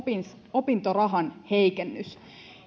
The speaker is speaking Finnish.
opintorahan heikennys